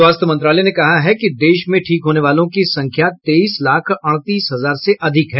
स्वास्थ्य मंत्रालय ने कहा कि देश में ठीक होने वालों की संख्या तेईस लाख अड़तीस हजार से अधिक है